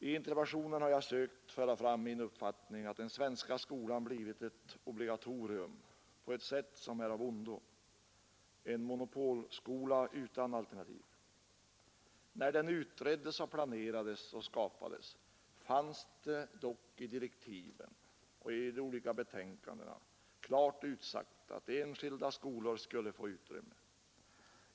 I interpellationen har jag sökt ge uttryck för min uppfattning att den svenska skolan blivit ett obligatorium på ett sätt som är av ondo, en monopolskola utan alternativ. När den utreddes och planerades och skapades, blev det dock i direktiven och i de olika betänkandena klart utsagt att enskilda skolor skulle få utrymme.